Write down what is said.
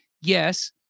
Yes